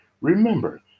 remember